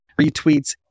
retweets